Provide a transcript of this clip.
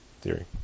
Theory